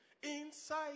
Inside